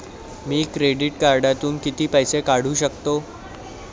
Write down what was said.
मी credit कार्डातून किती पैसे काढू शकतो?